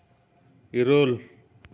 ᱤᱨᱟᱹᱞ